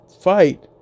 fight